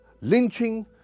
lynching